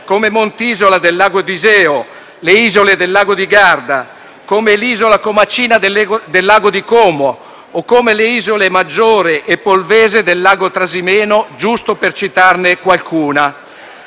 come Monte Isola del lago di Iseo, le isole del lago di Garda, l'isola Comacina del lago di Como o come le isole Maggiore e Polvese del lago Trasimeno, giusto per citarne qualcuna.